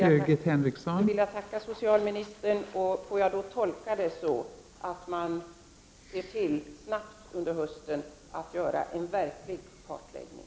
Fru talman! Jag vill tacka socialministern för det klarläggandet. Får jag tolka det så att man under hösten snabbt gör en verklig kartläggning?